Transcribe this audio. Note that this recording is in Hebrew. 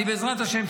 בעזרת השם,